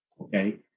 Okay